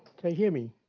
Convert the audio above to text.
hear me?